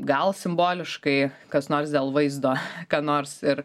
gal simboliškai kas nors dėl vaizdo ką nors ir